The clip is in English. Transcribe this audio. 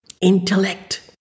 intellect